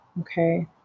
Okay